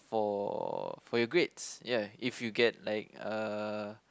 for for your grades ya if you get like uh